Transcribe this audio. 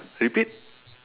repeat